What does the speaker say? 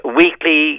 weekly